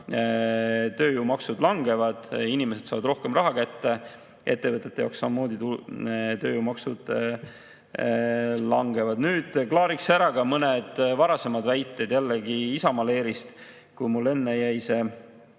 tööjõumaksud, inimesed saavad rohkem raha kätte. Ettevõtete jaoks samamoodi tööjõumaksud langevad. Nüüd klaariks ära ka mõned varasemad väited jällegi Isamaa leerist, sest mul enne jäi